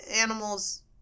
Animals